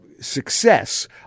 success